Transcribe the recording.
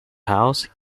house